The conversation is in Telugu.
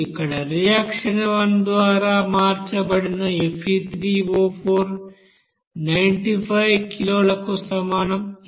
ఇక్కడ రియాక్షన్ 1 ద్వారా మార్చబడిన Fe3O4 95 కిలోలకు సమానం ఇది 95232